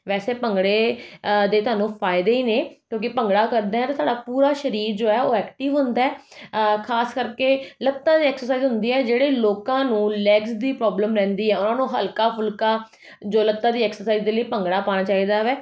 ਵੈਸੇ ਭੰਗੜੇ ਦੇ ਤੁਹਾਨੂੰ ਫਾਇਦੇ ਹੀ ਨੇ ਕਿਉਂਕਿ ਭੰਗੜਾ ਕਰਦੇ ਆ ਤਾ ਸਾਡਾ ਪੂਰਾ ਸਰੀਰ ਜੋ ਹੈ ਉਹ ਐਕਟਿਵ ਹੁੰਦਾ ਖ਼ਾਸ ਕਰਕੇ ਲੱਤਾਂ ਦੇ ਐਕਸਰਸਾਈਜ਼ ਹੁੰਦੀ ਹੈ ਜਿਹੜੇ ਲੋਕਾਂ ਨੂੰ ਲੈਗਸ ਦੀ ਪ੍ਰੋਬਲਮ ਰਹਿੰਦੀ ਆ ਉਹਨਾਂ ਨੂੰ ਹਲਕਾ ਫੁਲਕਾ ਜੋ ਲੱਤਾਂ ਦੀ ਐਕਸਰਸਾਈਜ਼ ਦੇ ਲਈ ਭੰਗੜਾ ਪਾਉਣਾ ਚਾਹੀਦਾ ਹੈ